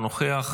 אינו נוכח,